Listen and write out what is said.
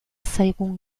zaigun